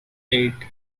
eight